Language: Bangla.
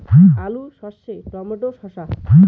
আলু সর্ষে টমেটো শসা